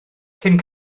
cyn